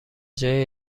جای